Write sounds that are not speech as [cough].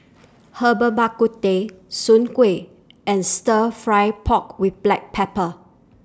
[noise] Herbal Bak Ku Teh Soon Kway and Stir Fry Pork with Black Pepper